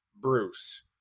Bruce